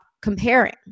comparing